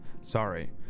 Sorry